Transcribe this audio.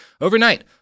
Overnight